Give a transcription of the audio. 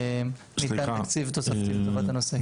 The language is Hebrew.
ניתן תקציב תוספתי לטובת הנושא.